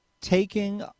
taking